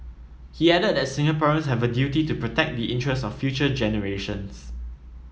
he added that Singaporeans have a duty to protect the interest of future generations